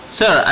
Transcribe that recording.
sir